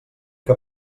que